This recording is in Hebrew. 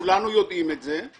כולנו יודעים את זה,